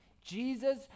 Jesus